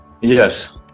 Yes